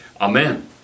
Amen